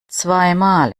zweimal